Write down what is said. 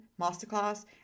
masterclass